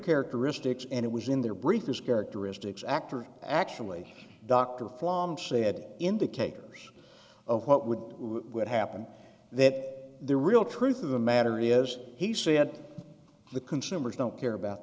characteristics and it was in their briefings characteristics actor actually dr flump said indicators of what would would happen that the real truth of the matter is he said the consumers don't care about